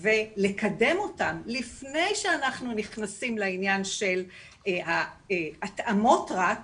ולקדם אותם לפני שאנחנו נכנסים לעניין של ההתאמות רק,